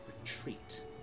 retreat